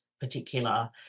particular